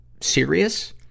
serious